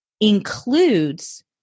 includes